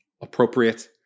appropriate